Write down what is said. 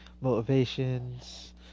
Motivations